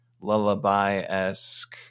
lullaby-esque